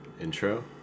intro